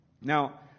Now